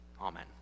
Amen